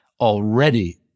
Already